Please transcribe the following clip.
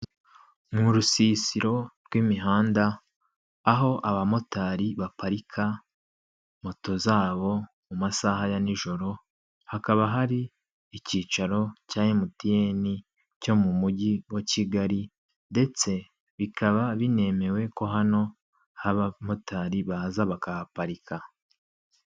Ni urusisiro rw'imihanda, aho abamotari baparika moto zabo mu masaha ya n'ijoro, hakaba hari icyicaro cya emutiyene cyo mu mujyi wa Kigali ndetse bikaba binemewe ko hano ho abamotari baza bakahaparika.